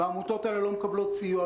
והעמותות האלה לא מקבלות סיוע,